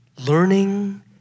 learning